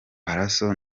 pallaso